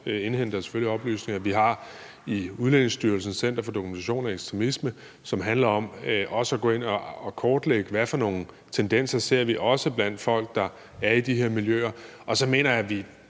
indhenter oplysninger. Vi har i Udlændingestyrelsen Center for Dokumentation og Indsats mod Ekstremisme, som går ind og kortlægger, hvad det er for nogle tendenser, vi ser blandt folk, der er i de her miljøer. Så mener jeg, at vi